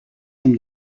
from